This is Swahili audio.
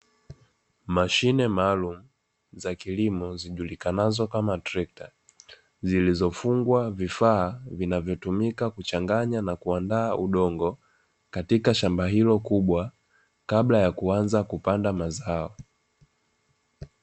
Mashine maalum za kilimo zijulikanazo kama trekta, zilizofungwa vifaa vinavyotumika kuchanganya na kuandaa udongo katika shamba hilo kubwa kabla ya kuanza kupanda mazao.